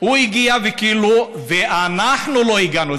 הוא הגיע ואנחנו לא הגענו.